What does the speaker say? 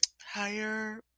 higher